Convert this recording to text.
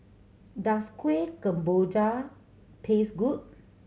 does Kueh Kemboja taste good